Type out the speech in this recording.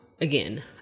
again